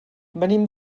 venim